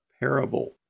parable